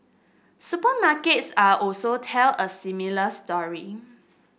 supermarkets are also tell a similar story